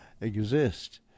exist